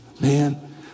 man